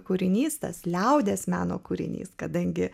kūrinys tas liaudies meno kūrinys kadangi